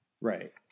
Right